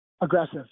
Aggressive